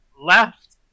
left